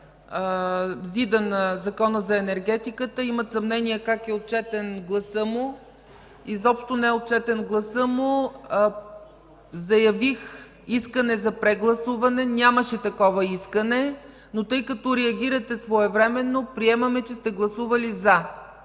на Закона за енергетиката. Има съмнение как е отчетен гласът му. (Реплика.) Изобщо не е отчетен гласът му. Заявих искане за прегласуване. Нямаше такова искане. Тъй като реагирате своевременно, приемаме, че сте гласували „за”.